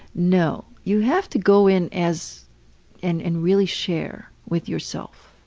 no. you have to go in as and and really share with yourself.